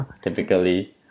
typically